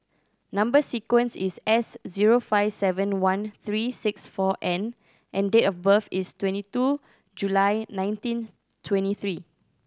number sequence is S zero five seven one three six four N and date of birth is twenty two July nineteen twenty three